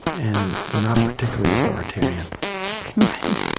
and not particularly authoritarian right.